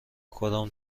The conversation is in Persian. کدام